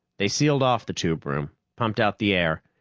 they sealed off the tube-room, pumped out the air,